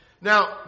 Now